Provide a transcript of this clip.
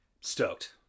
Stoked